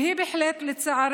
והיא בהחלט לא האחרונה, לצערנו.